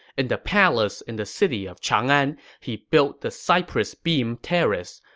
and the palace in the city of chang'an, he built the cypress beam terrace.